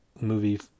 Movie